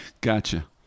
Gotcha